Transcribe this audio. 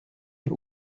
ihn